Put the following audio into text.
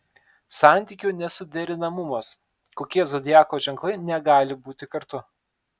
santykių nesuderinamumas kokie zodiako ženklai negali būti kartu